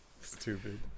Stupid